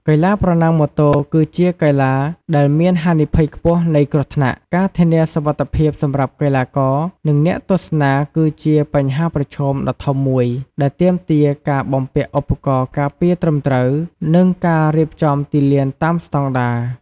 កីឡាប្រណាំងម៉ូតូគឺជាកីឡាដែលមានហានិភ័យខ្ពស់នៃគ្រោះថ្នាក់។ ការធានាសុវត្ថិភាពសម្រាប់កីឡាករ និងអ្នកទស្សនាគឺជាបញ្ហាប្រឈមដ៏ធំមួយ ដែលទាមទារការបំពាក់ឧបករណ៍ការពារត្រឹមត្រូវ និងការរៀបចំទីលានតាមស្តង់ដារ។